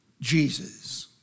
Jesus